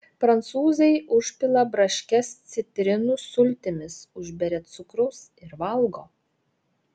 prancūzai užpila braškes citrinų sultimis užberia cukraus ir valgo